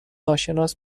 ناشناس